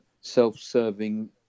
self-serving